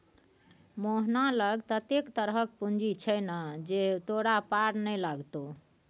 मोहना लग ततेक तरहक पूंजी छै ने जे तोरा पार नै लागतौ